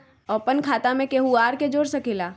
अपन खाता मे केहु आर के जोड़ सके ला?